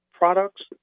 Products